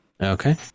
Okay